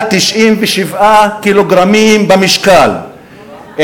על 97 קילוגרמים במשקל,